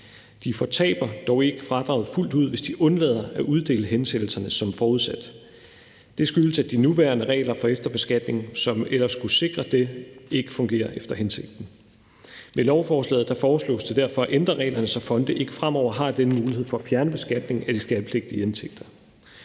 De fortaber dog ikke fradrages fuldt ud, hvis de undlader at uddele hensættelserne som fortsat. Det skyldes, at de nuværende regler for efterbeskatning, som ellers skulle sikre det, ikke fungerer efter hensigten. Med lovforslaget foreslås det derfor at ændre reglerne, så fonde ikke fremover har den mulighed for at fjerne beskatning af de skattepligtige indtægter.